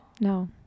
No